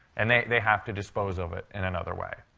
and they they have to dispose of it in another way.